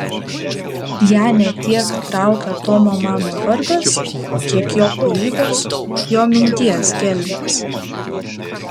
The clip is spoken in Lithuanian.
ją ne tiek traukia tomo mano vardas kiek jo kūrybos jo minties gelmės